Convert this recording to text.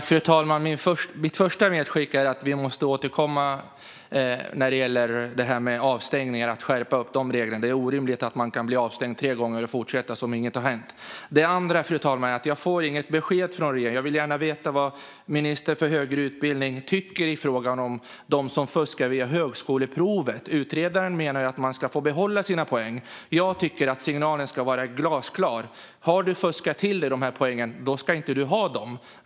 Fru talman! Mitt första medskick är att vi måste återkomma när det gäller avstängningar och skärpa reglerna för det. Det är orimligt att man kan bli avstängd tre gånger och fortsätta som om inget har hänt. Det andra, fru talman, är att jag inte får något besked från regeringen. Jag vill gärna veta vad ministern för högre utbildning tycker i frågan om dem som fuskar via högskoleprovet. Utredaren menar ju att man ska få behålla sina poäng. Jag tycker att signalen ska vara glasklar: Har du fuskat till dig poängen ska du inte ha dem.